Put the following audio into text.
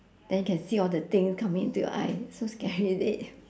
then can see all the thing coming into your eye so scary is it